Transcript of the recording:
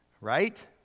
right